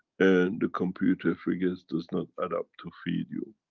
and the computer figures does not add up to feed you.